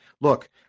Look